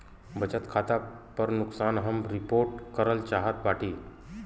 बचत खाता पर नुकसान हम रिपोर्ट करल चाहत बाटी